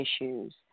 issues